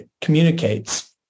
communicates